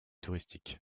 touristique